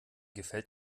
gefällt